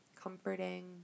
comforting